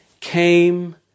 came